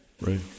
Right